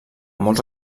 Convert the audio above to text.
molts